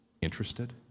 interested